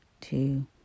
two